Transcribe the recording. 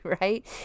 right